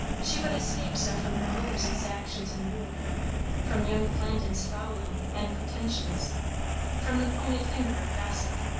she would escape so from her mother's exactions and rule from young flandin's following and pretensions from the pointed finger of gossip.